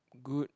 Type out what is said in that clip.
good